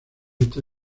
esta